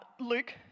Luke